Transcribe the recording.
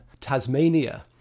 Tasmania